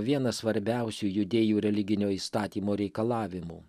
vienas svarbiausių judėjų religinio įstatymo reikalavimų